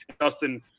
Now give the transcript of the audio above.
Dustin